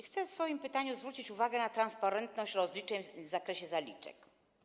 Chcę w swoim pytaniu zwrócić uwagę na transparentność rozliczeń w zakresie zaliczek.